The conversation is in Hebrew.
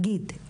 נגיד,